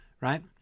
Right